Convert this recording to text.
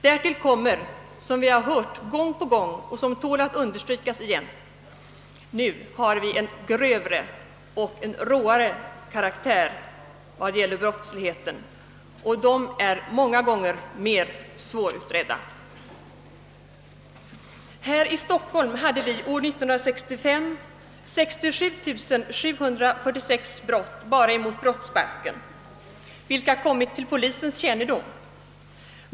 Därtill kommer, som vi hört gång på gång och som tål att understrykas på nytt, att vi nu har en grövre och råare karaktär på brottsligheten, och brotten är ofta mer svårutredda. Här i Stockholm hade vi år 1965 67 746 brott enbart mot brottsbalken vilka kommit till polisens kännedom.